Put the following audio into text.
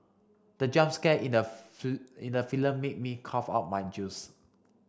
the jump scare in the in the film made me cough out my juice